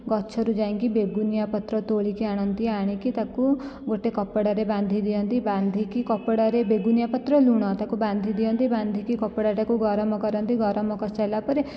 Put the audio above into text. ଗଛରୁ ଯାଇକି ବେଗୁନିଆ ପତ୍ର ତୋଳିକି ଆଣନ୍ତି ଆଣିକି ତାକୁ ଗୋଟିଏ କପଡ଼ାରେ ବାନ୍ଧି ଦିଅନ୍ତି ବାନ୍ଧିକି କପଡ଼ାରେ ବେଗୁନିଆ ପତ୍ର ଲୁଣ ତାକୁ ବାନ୍ଧି ଦିଅନ୍ତି ବାନ୍ଧିକି କପଡ଼ାଟାକୁ ଗରମ କରନ୍ତି ଗରମ କରିସାରିଲା ପରେ